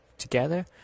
together